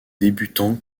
débutants